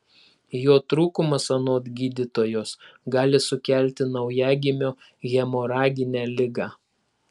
jo trūkumas anot gydytojos gali sukelti naujagimio hemoraginę ligą